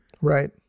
Right